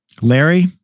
Larry